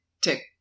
tick